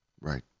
Right